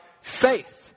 faith